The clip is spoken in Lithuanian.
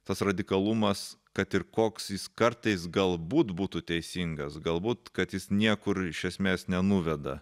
tas radikalumas kad ir koks jis kartais galbūt būtų teisingas galbūt kad jis niekur iš esmės nenuveda